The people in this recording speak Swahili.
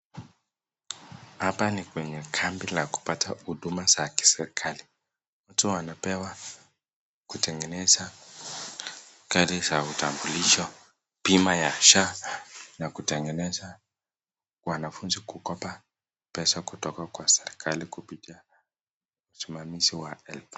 Hapa ni kwenye kambi la kupata huduma za kiserikali, mtu anapewa kutegeneza kadi za kitambulisho, bima ya SHA na kutengeneza wanafunzi kukopa pesa kupitia usimamizi wa HELB.